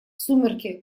сумерки